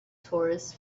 tourists